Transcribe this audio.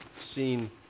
seen